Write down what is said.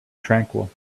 tranquil